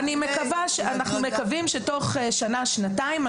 אנחנו מקווים שתוך שנה-שנתיים,